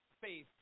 faith